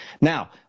Now